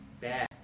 Bad